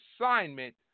assignment